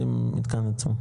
המתקן עצמו.